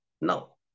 No